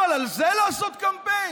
אבל על זה לעשות קמפיין?